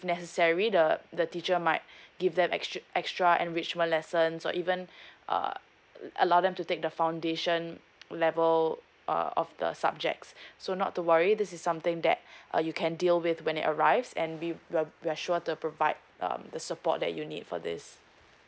necessary the the teacher might give them extra extra enrichment lesson so even uh allow them to take the foundation level uh of the subjects so not to worry this is something that uh you can deal with when it arrives and we we are we are sure to provide um the support that you need for this